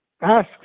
Ask